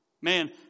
Man